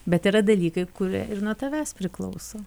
bet yra dalykai kurie ir nuo tavęs priklauso